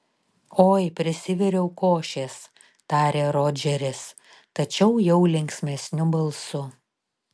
oi prisiviriau košės tarė rodžeris tačiau jau linksmesniu balsu